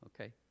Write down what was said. okay